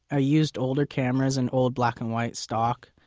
i used older cameras and old black and white stock.